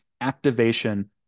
activation